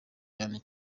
cyane